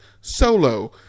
Solo